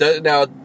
now